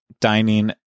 Dining